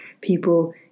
people